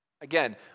again